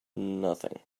nothing